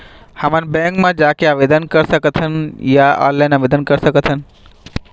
हमन बैंक मा जाके आवेदन कर सकथन या ऑनलाइन आवेदन कर सकथन?